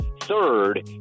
third